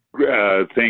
Thank